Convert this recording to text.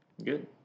good